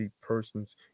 persons